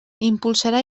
impulsarà